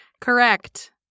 Correct